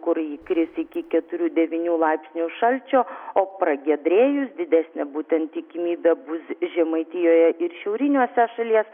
kur ji kris iki keturių devynių laipsnių šalčio o pragiedrėjus didesnė būtent tikimybė bus žemaitijoje ir šiauriniuose šalies